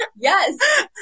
Yes